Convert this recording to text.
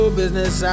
business